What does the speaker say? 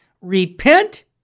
repent